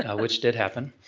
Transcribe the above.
which did happen.